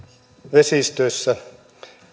vesistöissä